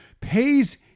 pays